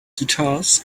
guitars